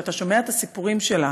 כשאתה שומע את הסיפורים שלה,